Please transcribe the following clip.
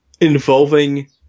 involving